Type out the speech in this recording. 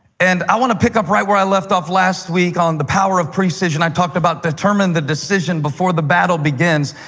and i want to pick up right where i left off last week on the power of precision. i talked about determine the decision before the battle begins.